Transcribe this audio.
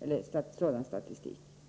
eller sådan statistik.